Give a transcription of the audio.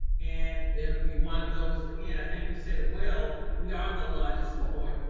and it will be one of those again, i think you said it well we are the largest employer,